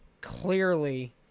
clearly